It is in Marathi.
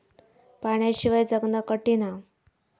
पाण्याशिवाय जगना कठीन हा